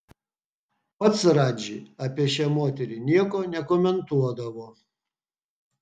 pats radži apie šią moterį nieko nekomentuodavo